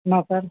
ना सर